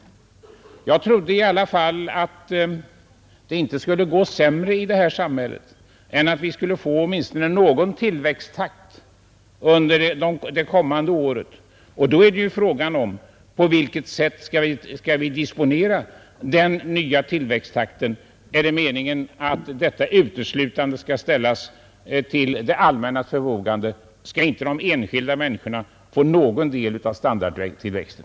Jag trodde i alla fall att det inte skulle gå sämre i detta samhälle än att vi skulle få åtminstone någon standardtillväxt under det kommande året, och då är ju frågan på vilket sätt vi skall disponera denna standardförbättring. Är det meningen att den uteslutande skall komma det allmänna till del? Skall inte de enskilda människorna få någon del av standardtillväxten?